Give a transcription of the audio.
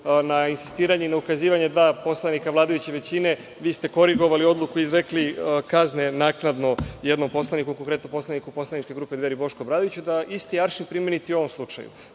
na insistiranje i ukazivanje dva poslanika vladajuće većine, vi ste korigovali odluku i izrekli kazne naknadno, jednom poslaniku, konkretno poslaniku poslaničke grupe Dveri, Bošku Obradoviću, da isti aršin primenite i u ovom slučaju.